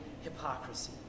hypocrisy